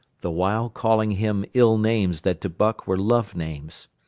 the while calling him ill names that to buck were love names.